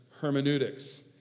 hermeneutics